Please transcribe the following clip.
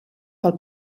pel